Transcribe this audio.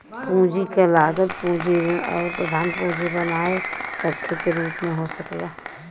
पूंजी क लागत पूंजी ऋण आउर प्रधान पूंजी बनाए रखे के रूप में हो सकला